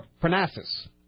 Parnassus